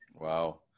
Wow